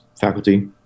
faculty